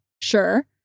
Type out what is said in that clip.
sure